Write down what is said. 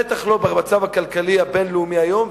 ודאי לא במצב הכלכלי הבין-לאומי היום,